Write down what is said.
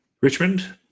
Richmond